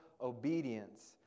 obedience